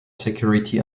security